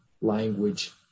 language